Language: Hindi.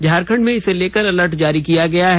झारखंड में इसे लेकर अलर्ट जारी किया गया है